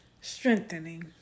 strengthening